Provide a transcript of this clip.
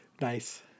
Nice